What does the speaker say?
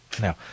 Now